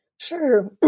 Sure